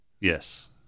Yes